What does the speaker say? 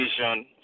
vision